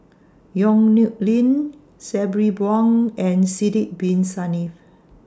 Yong Nyuk Lin Sabri Buang and Sidek Bin Saniff